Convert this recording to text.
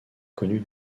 connu